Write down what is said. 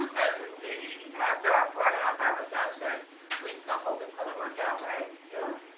and we after our four and a half hour sound check we just gonna hope it's gonna work out right. yeah.